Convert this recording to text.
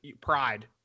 pride